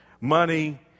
money